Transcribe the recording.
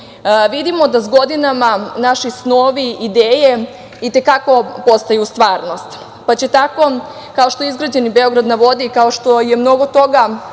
Vidimo da s godinama naši snovi, ideje i te kako postaju stvarnost, pa će tako kao što je izgrađen „Beograd na vodi“ i kao što je mnogo toga